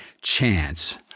chance